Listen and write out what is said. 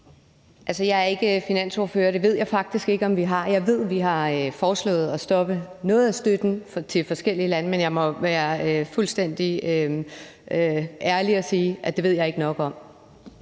Jeg er ikke finansordfører. Det ved jeg faktisk ikke om vi har. Jeg ved, vi har foreslået at stoppe noget af støtten til forskellige lande, men jeg må være fuldstændig ærlig og sige, at det ved jeg ikke nok om.